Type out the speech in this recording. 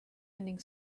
ending